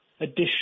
additional